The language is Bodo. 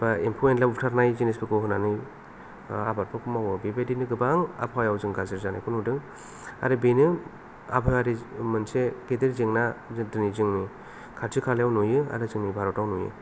एबा एम्फौ एनला बुथारनाय जिनिसफोरखौ होनानै आबादफोरखौ मावो बेबादिनो गोबां आबहावायाव जों गाज्रि जानायखौ नुदों आरो बेनो आबहावायारि मोनसे गेदेर जेंना दिनै जोंनि खाथि खालायाव नुयो आरो जोंनि भारताव नुयो